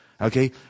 Okay